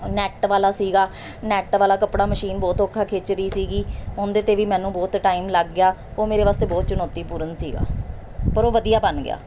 net ਵਾਲਾ ਸੀਗਾ net ਵਾਲਾ ਕੱਪੜਾ ਮਸ਼ੀਨ ਬਹੁਤ ਔਖਾ ਖਿੱਚ ਰਹੀ ਸੀਗੀ ਉਹਦੇ 'ਤੇ ਵੀ ਮੈਨੂੰ ਬਹੁਤ ਟਾਈਮ ਲੱਗ ਗਿਆ ਉਹ ਮੇਰੇ ਵਾਸਤੇ ਬਹੁਤ ਚੁਣੌਤੀਪੂਰਨ ਸੀਗਾ ਪਰ ਉਹ ਵਧੀਆ ਬਣ ਗਿਆ